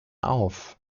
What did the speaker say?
auf